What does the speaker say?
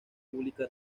pública